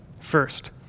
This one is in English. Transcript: First